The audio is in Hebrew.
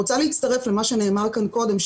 אני רוצה להצטרף למה שנאמר כאן קודם.